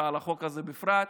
ועל החוק הזה בפרט.